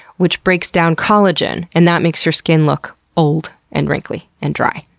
which breaks down collagen, and that makes your skin look old, and wrinkly, and dry.